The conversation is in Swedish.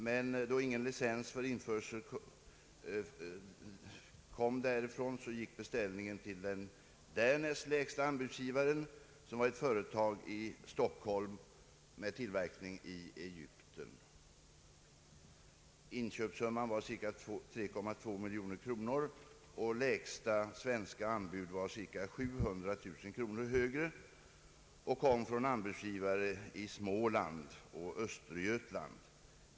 Men då ingen licens för införsel kom därifrån, gick beställningen till den därnäst lägsta anbudsgivaren, som var ett företag i Stockholm med tillverkning i Egypten. Inköpssumman var cirka 3,2 miljoner kronor och lägsta svenska anbud var cirka 700 000 kronor högre. Det kom från anbudsgivare i Småland och Östergötland.